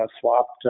swapped